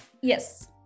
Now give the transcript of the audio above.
Yes